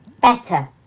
Better